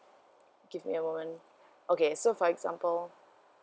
give me a moment okay so for example